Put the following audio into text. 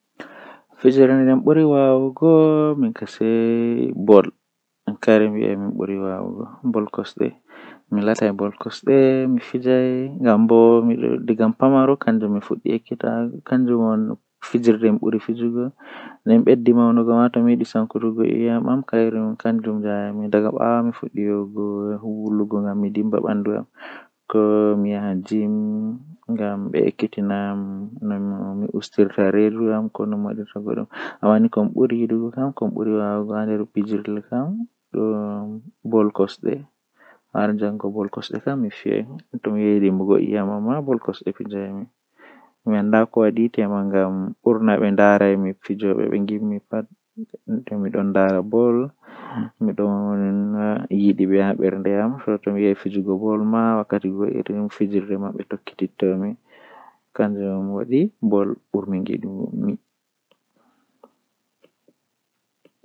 Ko ɗum ɗi woodi waawugol waɗde, kono ɗum ɗuum faamataa no waɗata hakkunde njararɗe e ɗuum waɗal ɗum. Aɗa ɗoɗi ngam sembe ɓe weltaari e maɓɓe waɗi waɗitde koɗɗinɗe waɗataa ko waɗude gonɗal neɗɗo. Konngol ɓe waɗata heɓde semmbugol waɗi kadi laaɓtoode njikkitaaɗe, kono waɗal ɓe ɗi heɓanaa njogorde ɗe waɗitde ɗum waɗaa heɓde.